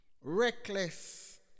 reckless